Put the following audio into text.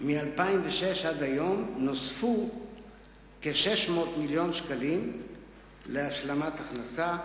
מ-2006 ועד היום נוספו כ-600 מיליון שקלים להשלמת הכנסה.